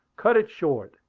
cut it short!